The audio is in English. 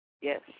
Yes